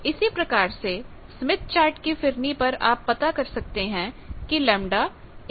तो इसी प्रकार से स्मिथ चार्ट की परिधि पर आप पता कर सकते हैं कि λ 15 है